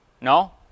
No